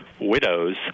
widows